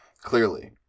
clearly